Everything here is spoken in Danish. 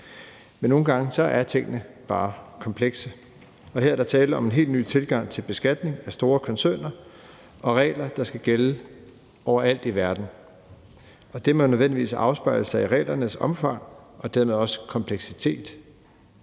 Men nogle gange er tingene bare komplekse, og her er der tale om en helt ny tilgang til beskatning af store koncerner og regler, der skal gælde overalt i verden, og det må nødvendigvis afspejle sig i reglernes omfang og dermed også i deres kompleksitet.